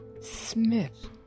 Smith